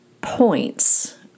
points